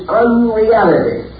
unreality